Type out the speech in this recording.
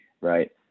right